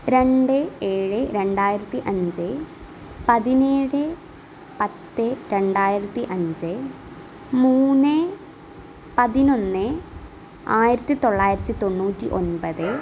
രണ്ട് ഏഴ് രണ്ടായിരത്തി അഞ്ച് പതിനേഴ് പത്ത് രണ്ടായിരത്തി അഞ്ച് മൂന്ന് പതിനൊന്ന് ആയിരത്തി തൊള്ളായിരത്തി തൊണ്ണൂറ്റി ഒൻപത്